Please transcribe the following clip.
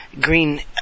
green